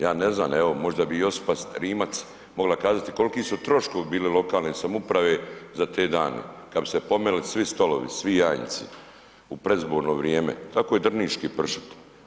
Ja ne znam evo možda bi Josipa Rimac mogla kazati koliki su troškovi bili lokalne samouprave za te dane, kad bi se pomeli svi stolovi, svi janjci u predizborno vrijeme tako i drniški pršut.